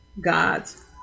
God's